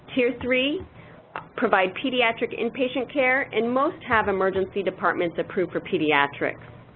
tier three provide pediatric inpatient care and most have emergency departments approved for pediatrics.